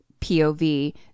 POV